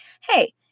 Hey